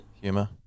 humor